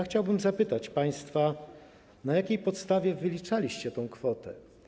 Chciałbym zapytać państwa, na jakiej podstawie wyliczaliście te kwoty.